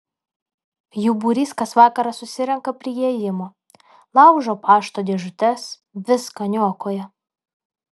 jų būrys kas vakarą susirenka prie įėjimo laužo pašto dėžutes viską niokoja